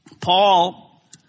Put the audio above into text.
Paul